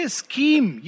scheme